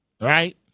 right